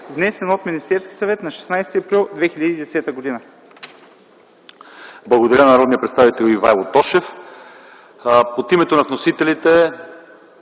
внесен от Министерски съвет на 16 април 2010 г.”